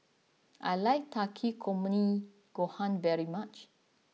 I like Takikomi Gohan very much